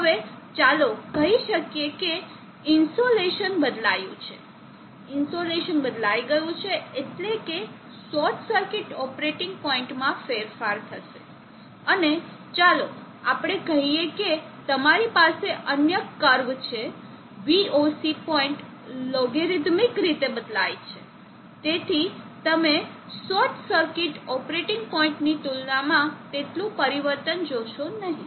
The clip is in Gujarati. હવે ચાલો કહી શકીએ કે ઇન્સોલેશન બદલાયું છે ઇન્સોલેશન બદલાઈ ગયું છે એટલે કે શોર્ટ સર્કિટ ઓપરેટિંગ પોઇન્ટમાં ફેરફાર થશે અને ચાલો આપણે કહીએ કે તમારી પાસે અન્ય કર્વ છે VOC પોઇન્ટ લોગેરીધમિક રીતે બદલાય છે તેથી તમે શોર્ટ સર્કિટ ઓપરેટિંગ પોઇન્ટની તુલનામાં તેટલું પરિવર્તન જોશો નહીં